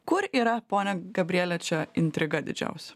kur yra ponia gabriele čia intriga didžiausia